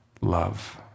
love